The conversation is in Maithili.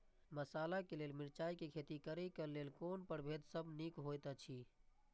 मसाला के लेल मिरचाई के खेती करे क लेल कोन परभेद सब निक होयत अछि?